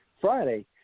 Friday